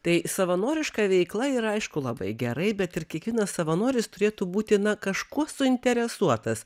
tai savanoriška veikla yra aišku labai gerai bet ir kiekvienas savanoris turėtų būti na kažkuo suinteresuotas